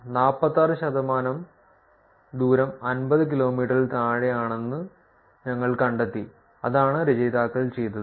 46 ശതമാനം ദൂരം 50 കിലോമീറ്ററിൽ താഴെയാണെന്ന് ഞങ്ങൾ കണ്ടെത്തി അതാണ് രചയിതാക്കൾ ചെയ്തത്